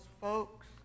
folks